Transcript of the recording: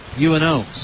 UNO